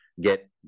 get